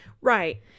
right